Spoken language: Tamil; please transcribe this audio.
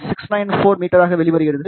694 மீட்டராக வெளிவருகிறது